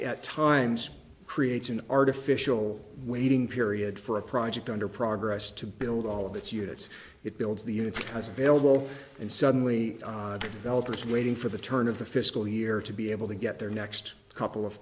at times creates an artificial waiting period for a project under progress to build all of its units it builds the units because vailable and suddenly the developers waiting for the turn of the fiscal year to be able to get their next couple of